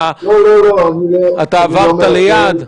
אתה עברת ליד?